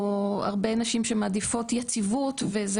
או הרבה נשים שמעדיפות יציבות וזה